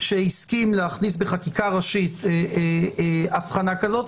שהסכים להכניס בחקיקה ראשית ההבחנה כזאת.